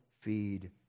feed